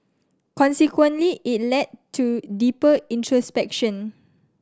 consequently it led to deeper introspection